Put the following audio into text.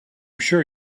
sure